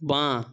বাঁ